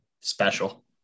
special